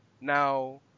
Now